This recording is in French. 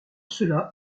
cela